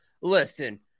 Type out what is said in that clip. listen